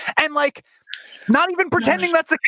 and like not even pretending that's the